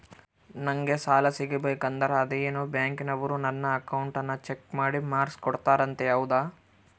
ನಂಗೆ ಸಾಲ ಸಿಗಬೇಕಂದರ ಅದೇನೋ ಬ್ಯಾಂಕನವರು ನನ್ನ ಅಕೌಂಟನ್ನ ಚೆಕ್ ಮಾಡಿ ಮಾರ್ಕ್ಸ್ ಕೋಡ್ತಾರಂತೆ ಹೌದಾ?